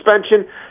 suspension